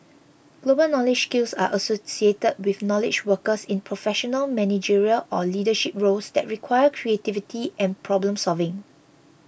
global knowledge skills are associated with knowledge workers in professional managerial or leadership roles that require creativity and problem solving